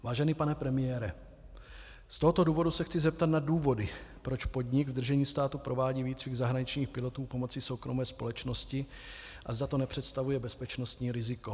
Vážený pane premiére, z tohoto důvodu se chci zeptat na důvod, proč podnik v držení státu provádí výcvik zahraničních pilotů pomocí soukromé společnosti a zda to nepředstavuje bezpečnostní riziko.